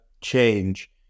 change